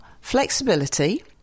flexibility